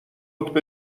قطب